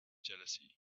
jealousy